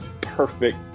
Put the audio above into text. perfect